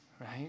right